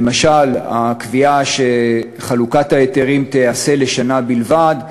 למשל, הקביעה שחלוקת ההיתרים תיעשה לשנה בלבד,